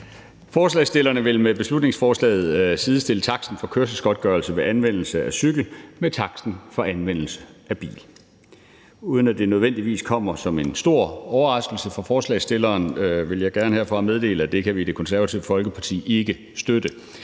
Forslagsstillerne vil med beslutningsforslaget sidestille taksten for kørselsgodtgørelse ved anvendelse af cykel med taksten for anvendelse af bil. Uden at det nødvendigvis kommer som en stor overraskelse for forslagsstillerne, vil jeg gerne herfra meddele, at det kan vi i Det Konservative Folkeparti ikke støtte.